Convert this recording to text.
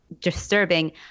disturbing